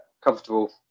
comfortable